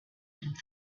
and